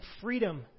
freedom